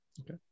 Okay